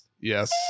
Yes